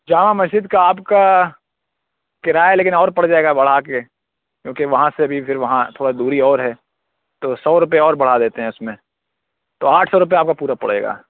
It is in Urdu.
جامع مسجد کا آپ کا کرایہ لیکن اور پڑ جائے گا بڑھا کے کیوں کہ وہاں سے بھی پھر وہاں تھوڑا دوری اور ہے تو سو روپے اور بڑھا دیتے ہیں اس میں تو آٹھ سو روپے آپ کو پورا پڑے گا